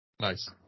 Nice